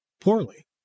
poorly